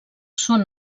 són